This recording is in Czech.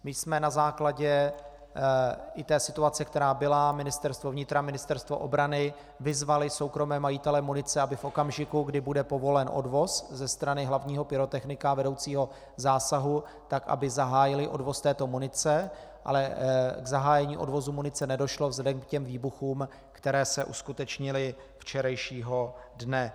My jsme na základě i té situace, která byla, Ministerstvo vnitra, Ministerstvo obrany, vyzvali soukromé majitele munice, aby v okamžiku, kdy bude povolen odvoz ze strany hlavního pyrotechnika, vedoucího zásahu, tak aby zahájili odvoz této munice, ale k zahájení odvozu munice nedošlo vzhledem k výbuchům, které se uskutečnily včerejšího dne.